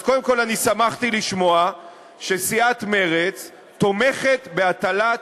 אז קודם כול אני שמחתי לשמוע שסיעת מרצ תומכת בהטלת